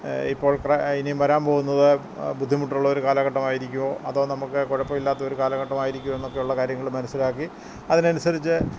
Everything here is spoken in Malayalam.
ഇപ്പോൾ ഇനിയും വരാൻ പോകുന്നത് ബുദ്ധിമുട്ടുള്ളൊരു കാലഘട്ടമായിരിക്കുമോ അതോ നമുക്ക് കുഴപ്പമില്ലാത്ത ഒരു കാലഘട്ടമായിരിക്കുമോ എന്നൊക്കെയുള്ള കാര്യങ്ങൾ മനസ്സിലാക്കി അതിനനുസരിച്ച്